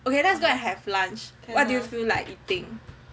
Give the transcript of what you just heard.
ok let's go and have lunch what do you feel like eating